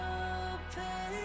open